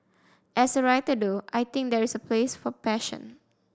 as a writer though I think there is a place for passion